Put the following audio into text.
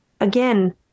Again